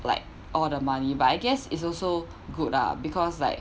like all the money but I guess it's also good lah because like